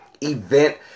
event